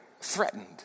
threatened